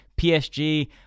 PSG